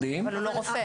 אבל הוא לא רופא.